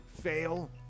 fail